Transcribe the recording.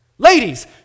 Ladies